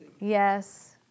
Yes